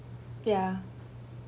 ya